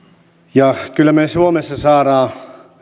ja kyllä me suomessa saadaan